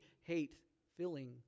hate-filling